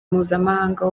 mpuzamahanga